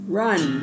run